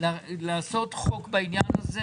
לעשות חוק בעניין הזה